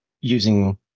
using